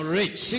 rich